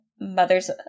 mother's